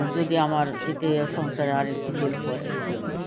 আর যদি আমার এতে সংসারে আর একটু হেল্প হয় এই জন্য